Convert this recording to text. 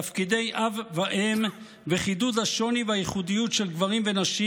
תפקידי אב ואם וחידוד השוני והייחודיות של גברים ונשים,